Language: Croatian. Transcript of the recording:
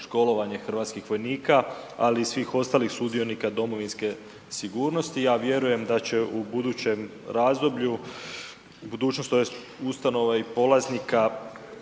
školovanje hrvatskih vojnika, ali i svih ostalih sudionika domovinske sigurnosti. Ja vjerujem da će u budućem razdoblju budućnost ove ustanove i polaznika